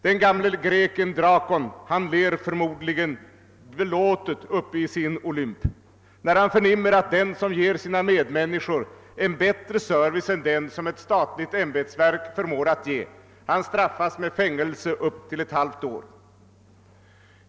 Den gamle greken Drakon ler förmodligen belåtet i sin olymp när han förnimmer att den som ger sina medmänniskor en bättre service än den ett statligt ämbetsverk förmår att ge straffas med fängelse upp till ett halvt år.